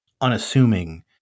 unassuming